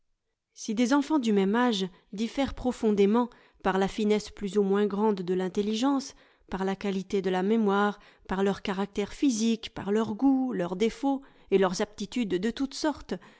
si des enfants du même âge diffèrent profondément par la finesse plus ou moins grande de l'intelligence par la qualité de la mémoire par leurs caractères physiques par leurs goûts leurs défauts et leurs aptitudes de toutes sortes